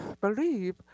believe